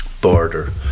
border